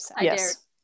Yes